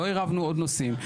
לא עירבנו עוד נושאים.